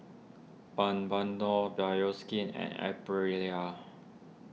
Bioskin and Aprilia